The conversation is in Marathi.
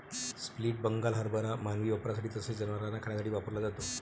स्प्लिट बंगाल हरभरा मानवी वापरासाठी तसेच जनावरांना खाण्यासाठी वापरला जातो